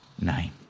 name